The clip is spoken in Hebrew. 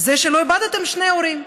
שלא איבדתם שני הורים?